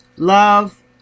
love